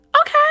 okay